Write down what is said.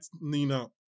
Nina